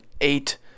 eight